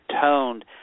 toned